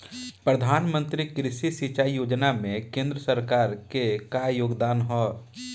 प्रधानमंत्री कृषि सिंचाई योजना में केंद्र सरकार क का योगदान ह?